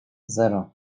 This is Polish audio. zero